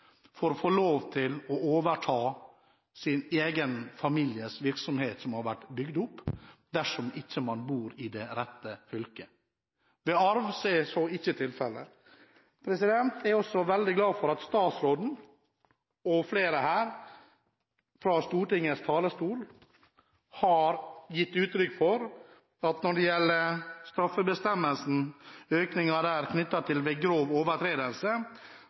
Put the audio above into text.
for å få lov til å overta sin egen families virksomhet som har vært bygget opp, dersom man ikke bor i det rette fylket. Ved arv er så ikke tilfellet. Jeg er også veldig glad for at statsråden og flere fra Stortingets talerstol har gitt uttrykk for at en økning av strafferammen – en økning der knyttet til grov overtredelse